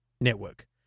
network